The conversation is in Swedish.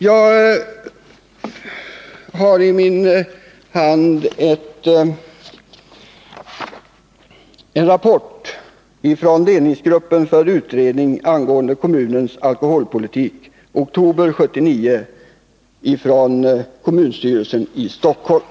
Jag har i min hand en rapport från ledningsgruppen för utredning angående kommunens alkoholpolitik. Den är daterad i oktober 1979 och utgiven av kommunstyrelsen i Stockholm.